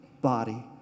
body